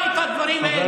מי אמרה את הדברים האלה?